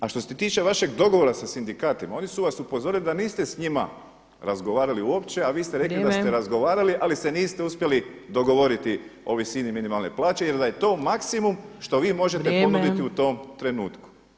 A što ste tiče vašeg dogovora sa sindikatima, oni su vas upozorili da niste s njima razgovarali uopće, a vi ste rekli da ste razgovarali ali se niste uspjeli dogovoriti o visini minimalne plaće, jer da je to maksimum što vi možete ponuditi u tom trenutku.